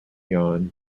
yuan